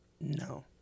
No